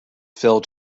fell